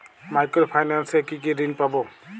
Micro finance এ কি কি ঋণ পাবো?